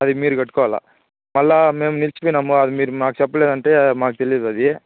అది మీరు కట్టుకోవాలి మళ్ళీ మేము నిల్చిపోయినాము అది మీరు మాకు చెప్పలేదు అంటే మాకు తెలీదు అది